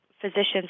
physicians